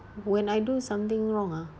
when I do something wrong ah